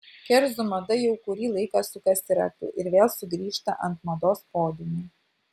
kerzų mada jau kurį laiką sukasi ratu ir vėl sugrįžta ant mados podiumų